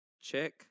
check